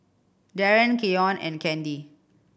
Darron Keyon and Candy